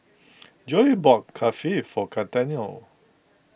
Joey bought Kulfi for Gaetano